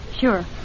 Sure